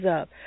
up